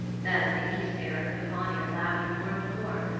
then the aesir and the vanir laughed more and more.